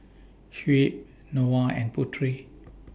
Shuib Noah and Putri